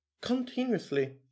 Continuously